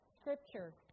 scripture